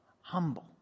Humble